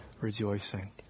rejoicing